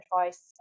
advice